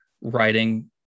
writing